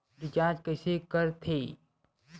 Recharge कइसे कर थे?